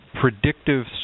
predictive